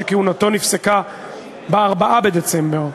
שכהונתו נפסקה ב-4 בדצמבר.